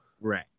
right